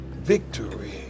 victory